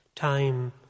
Time